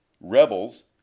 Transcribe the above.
rebels